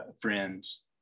friends